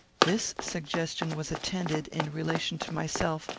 this suggestion was attended, in relation to myself,